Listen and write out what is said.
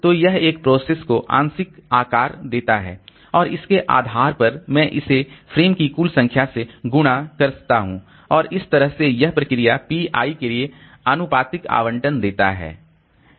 तो यह एक प्रोसेस को आंशिक आकार देता है और इसके आधार पर मैं इसे फ्रेम की कुल संख्या से गुणा करता हूं और इसतरह से यह प्रोसेस p i के लिए आनुपातिक आवंटन देता है